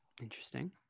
Interesting